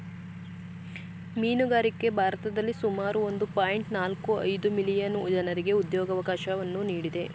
ಮೀನುಗಾರಿಕೆ ಭಾರತದಲ್ಲಿ ಸುಮಾರು ಒಂದು ಪಾಯಿಂಟ್ ನಾಲ್ಕು ಐದು ಮಿಲಿಯನ್ ಜನರಿಗೆ ಉದ್ಯೋಗವಕಾಶವನ್ನು ನೀಡಿದೆ